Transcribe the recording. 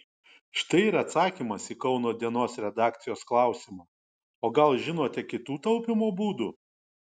štai ir atsakymas į kauno dienos redakcijos klausimą o gal žinote kitų taupymo būdų